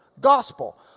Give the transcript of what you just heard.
gospel